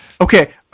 okay